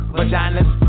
Vaginas